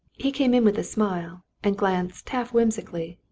he came in with a smile, and glanced half-whimsically,